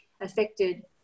affected